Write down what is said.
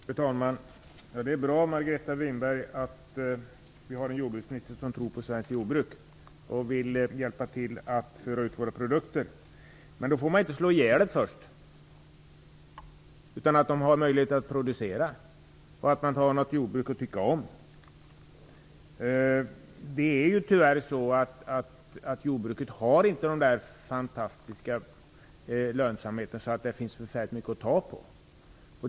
Fru talman! Det är bra, Margareta Winberg, att vi har en jordbruksminister som tror på svenskt jordbruk och vill hjälpa till att föra ut våra produkter. Men då får man inte först slå ihjäl det. Det skall ha möjlighet att producera, så att man har något jordbruk att tycka om. Det är tyvärr så att jordbruket inte har den fantastiska lönsamhet att det finns förfärligt mycket att ta.